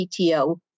PTO